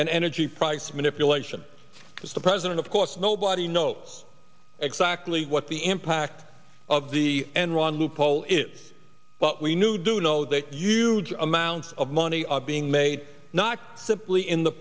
and energy price manipulation because the president of course nobody knows exactly what the impact of the enron loophole is but we knew do know that huge amounts of money are being made not simply in the